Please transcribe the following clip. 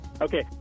Okay